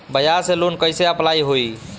बज़ाज़ से लोन कइसे अप्लाई होई?